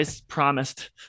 promised